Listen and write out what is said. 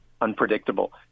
unpredictable